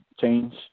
Change